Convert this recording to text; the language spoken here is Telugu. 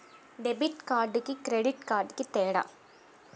డెబిట్ కార్డుకి క్రెడిట్ కార్డుకి తేడా?